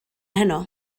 heno